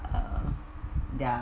err their